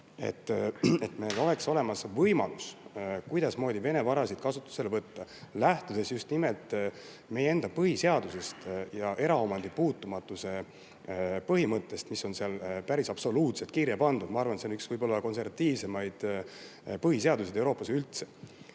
et meil oleks see võimalus olemas, kuidasmoodi Vene varasid kasutusele võtta, lähtudes just nimelt meie enda põhiseadusest ja eraomandi puutumatuse põhimõttest, mis on seal päris absoluutselt kirja pandud. Ma arvan, et see on üks konservatiivsemaid põhiseaduseid Euroopas üldse.